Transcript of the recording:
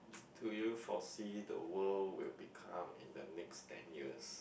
do you foresee the world will become in the next ten years